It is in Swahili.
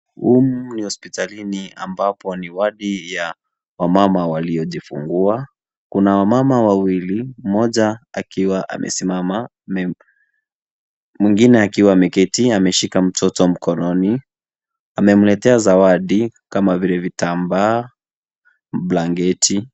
Humu ni hospitalini ambapo ni wadi ya wamama waliojifungua. Kuna wamama wawili, mmoja akiwa amesimama, mwingine akiwa ameketi ameshika mtoto mkononi. Amemletea zawadi kama vile vitambaa, blanketi.